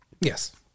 Yes